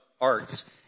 arts